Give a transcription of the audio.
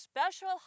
special